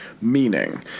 meaning